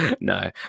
No